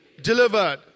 delivered